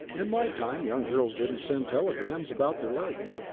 in my time, young girls didn't send telegrams about their legs.